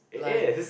it is